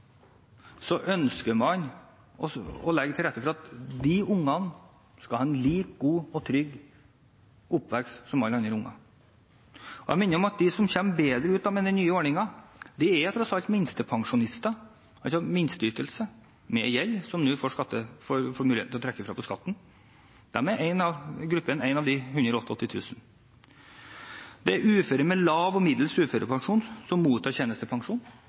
ønsker man å legge til rette for at de ungene skal ha en like god og trygg oppvekst som alle andre unger. Jeg minner om at de som kommer bedre ut med den nye ordningen, tross alt er minstepensjonister, altså med minsteytelse, med gjeld som de nå får mulighet til å trekke fra på skatten. De er én gruppe av de 188 000. Det er uføre med lav og middels uførepensjon som mottar tjenestepensjon,